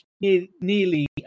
nearly